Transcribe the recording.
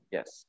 Yes